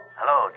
Hello